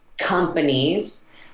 Companies